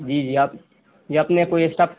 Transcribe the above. جی جی آپ یہ آپ نے کوئی اسٹاف